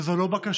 וזו לא בקשה,